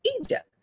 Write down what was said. Egypt